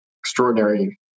extraordinary